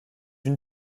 une